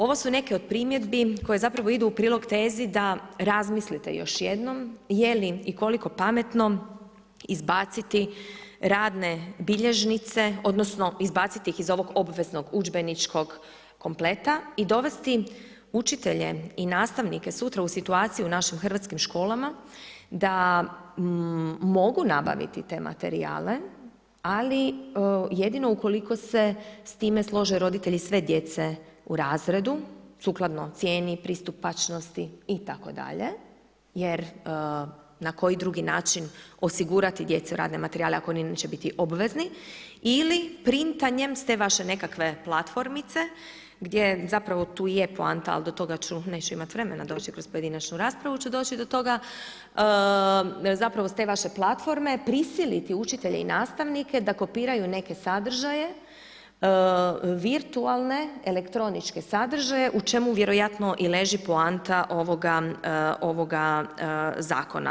Ovo su neke od primjedbi koje zapravo idu u prilog tezi da razmislite još jednom je li i koliko pametno izbaciti radne bilježnice odnosno izbaciti ih iz ovog obveznog udžbeničkog kompleta i dovesti učitelje i nastavnike sutra u situacije u našim hrvatskim školama da mogu nabaviti te materijale ali jedino ukoliko se s time slože roditelje sve djece u razredu sukladno cijeni, pristupačnosti itd. jer na koji drugi način osigurati djeci radne materijale ako ono neće biti obvezni ili printanjem s te vaše nekakve platformice gdje zapravo tu je poanta ali do toga ću, neću imat vremena doći kroz pojedinačnu raspravu ću doći do toga zapravo s te vaše platforme prisiliti učitelje i nastavnike da kopiraju neke sadržaje virtualne, elektroničke sadržaje u čemu vjerojatno i leži poanta ovoga zakona.